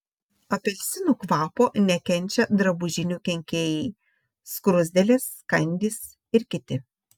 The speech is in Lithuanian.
apelsinų kvapo nekenčia drabužinių kenkėjai skruzdėlės kandys ir kiti